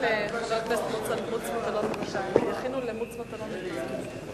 לדיון מוקדם בוועדת הכלכלה נתקבלה.